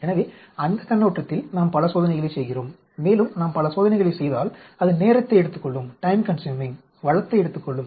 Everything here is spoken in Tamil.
எனவே அந்தக் கண்ணோட்டத்தில் நாம் பல சோதனைகளைச் செய்கிறோம் மேலும் நாம் பல சோதனைகள் செய்தால் அது நேரத்தை எடுத்துக்கொள்ளும் வளத்தை எடுத்துக்கொள்ளும்